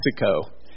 Mexico